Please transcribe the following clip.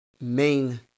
main